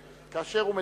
של חבר הכנסת בן-ארי.